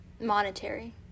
monetary